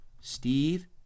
Steve